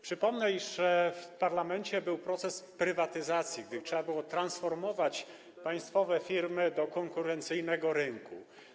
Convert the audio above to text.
Przypomnę, iż w parlamencie był proces prywatyzacji, gdy trzeba było transformować państwowe firmy do konkurencyjnego rynku.